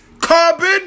Carbon